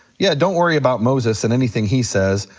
yeah, don't worry about moses and anything he says,